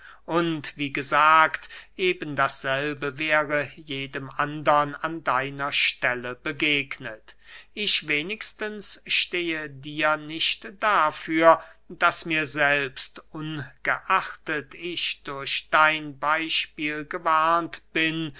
und wie gesagt eben dasselbe wäre jedem andern an deiner stelle begegnet ich wenigstens stehe dir nicht dafür daß mir selbst ungeachtet ich durch dein beyspiel gewarnt bin